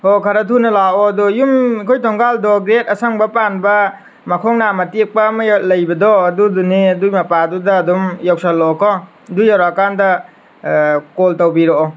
ꯍꯣ ꯈꯔ ꯊꯨꯅ ꯂꯥꯛꯑꯣ ꯑꯗꯣ ꯌꯨꯝ ꯑꯩꯈꯣꯏ ꯊꯣꯉꯥꯟꯗꯣ ꯒ꯭ꯔꯦꯠ ꯑꯁꯪꯕ ꯄꯥꯟꯕ ꯃꯈꯣꯡ ꯅꯝꯃ ꯇꯦꯛꯄ ꯑꯃ ꯂꯩꯕꯗꯣ ꯑꯗꯨꯗꯨꯅꯦ ꯑꯗꯨ ꯃꯄꯥꯗꯨ ꯑꯗꯨꯝ ꯌꯥꯎꯁꯤꯜꯂꯛꯑꯣ ꯀꯣ ꯑꯗꯨ ꯌꯧꯔꯛꯑꯀꯥꯟꯗ ꯀꯣꯜ ꯇꯧꯕꯤꯔꯛꯑꯣ